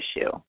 issue